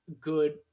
good